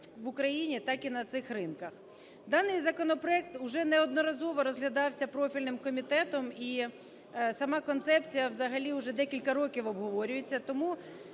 в Україні, так і на цих ринках. Даний законопроект уже неодноразово розглядався профільним комітетом і сама концепція взагалі уже декілька років обговорюється. Тому